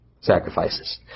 sacrifices